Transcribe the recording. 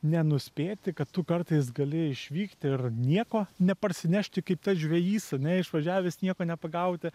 nenuspėti kad tu kartais gali išvykti ir nieko neparsinešti kaip tas žvejys ane išvažiavęs nieko nepagauti